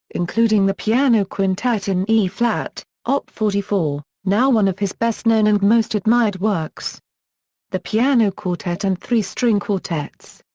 including the piano quintet in e flat, op. forty four, now one of his best known and most admired works the piano quartet and three string quartets.